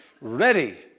ready